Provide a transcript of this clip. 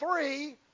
three